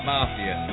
Mafia